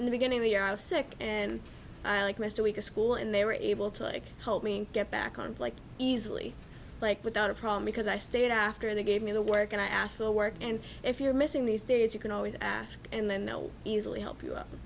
at the beginning of the year i was sick and missed a week of school and they were able to like help me get back on like easily like without a problem because i stayed after they gave me the work and i ask for work and if you're missing these days you can always ask and then they'll easily